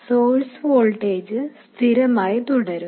source voltage സ്ഥിരമായി തുടരും